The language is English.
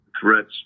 threats